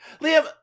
Liam